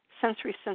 sensory